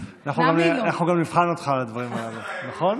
כן, כן, אנחנו גם נבחן אותך על הדברים הללו, נכון?